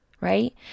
right